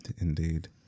Indeed